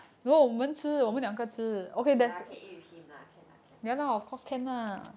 okay okay lah can eat with him lah can lah can lah